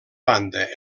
banda